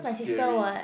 scary